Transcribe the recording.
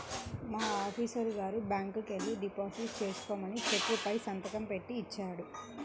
మా ఆఫీసరు గారు బ్యాంకుకెల్లి డిపాజిట్ చేసుకోమని చెక్కు పైన సంతకం బెట్టి ఇచ్చాడు